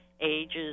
ages